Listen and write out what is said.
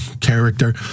character